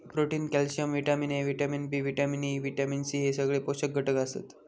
protein, calcium, vitamin A, vitamin B, vitamin E, vitamin C हे सगळे पोषक घटक आसत